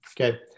Okay